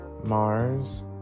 Mars